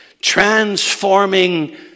transforming